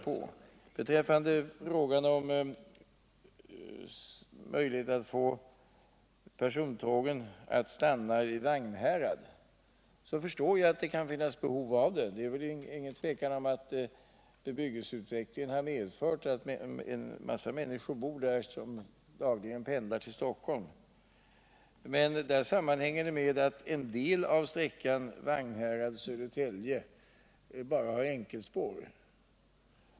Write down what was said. Vad beträffar frågan om möjligheten att få persontågen att stanna vid Vagnhärad förstår jag att det kan finnas ett behov härav. Det är inget tvivel om att bebyggelseutvecklingen medfört att en stor mängd människor numera bor i Vagnhärad och dagligen pendlar till Stockholm. Men svårigheten här är att en del av sträckan Vagnhärad-Södertälje bara har enkelspår.